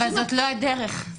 אבל זאת לא הדרך.